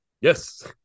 Yes